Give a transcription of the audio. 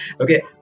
okay